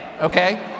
okay